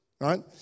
right